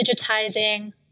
digitizing